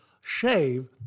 shave